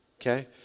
okay